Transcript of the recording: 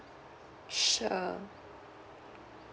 sure